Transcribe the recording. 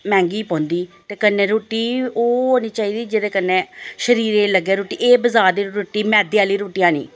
मैंह्गी पौंदी ते कन्नै रुट्टी ओह् होनी चाहिदी जेह्दे कन्नै शरीरै ई लग्गै रुट्टी एह् बजार दी रुट्टी मैदे आह्ली रुट्टियां निं